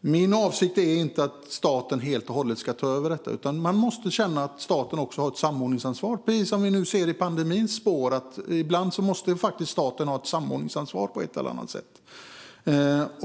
Min avsikt är inte att staten helt och hållet ska ta över detta. Men man måste känna att staten också har ett samordningsansvar, precis som vi nu i pandemins spår ser att staten ibland måste ha ett samordningsansvar på ett eller annat sätt.